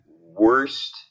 worst